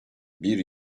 bir